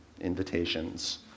invitations